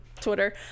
Twitter